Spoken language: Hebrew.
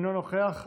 אינו נוכח,